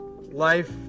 life